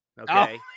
Okay